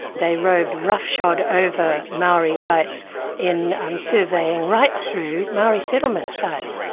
they rode roughshod over maori rights in um surveying right through maori settlement sites.